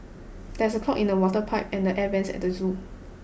there is a clog in the toilet pipe and the air vents at the zoo